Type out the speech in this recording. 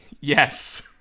Yes